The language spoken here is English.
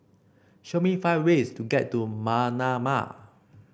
show me five ways to get to Manama